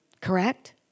Correct